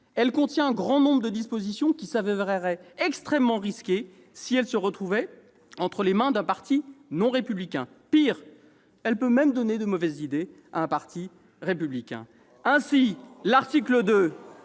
Elle contient un grand nombre de dispositions qui se révéleraient extrêmement risquées si elles se retrouvaient entre les mains d'un parti non républicain. Pire, elle pourrait même donner de mauvaises idées à un parti républicain. Ainsi, l'article 2